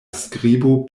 skribo